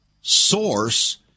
source